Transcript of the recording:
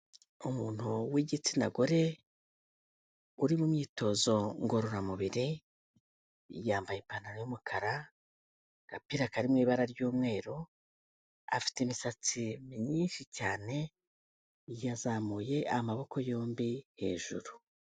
Umuntu w'igitsina gore uri mu myitozo ngororamubiri, yambaye ipantaro y'umukara, agapira kari mu ibara ry'umweru, afite imisatsi myinshi cyane, yazamuye amaboko yombi hejuru.